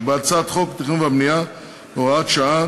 ובהצעת חוק התכנון והבנייה (הוראת שעה)